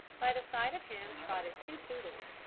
by the side of him trotted two poodles,